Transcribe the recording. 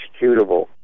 executable